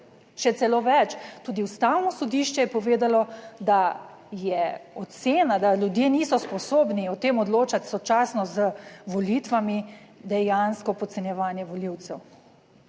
še celo več, tudi Ustavno sodišče je povedalo, da je ocena, da ljudje niso sposobni o tem odločati sočasno z volitvami, dejansko podcenjevanje volivcev.